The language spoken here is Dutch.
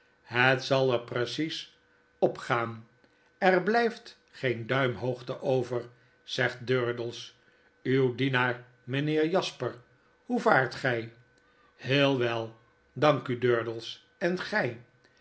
het zal er precies op gaan er blyft geen duim hoogte over zegt durdels uw dienaar mynheer jasper hoe vaart gy heel wel dank u durdels en gy